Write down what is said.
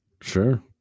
Sure